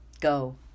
Go